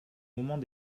moment